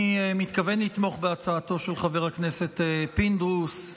אני מתכוון לתמוך בהצעתו של חבר הכנסת פינדרוס,